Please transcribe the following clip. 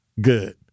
Good